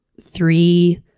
Three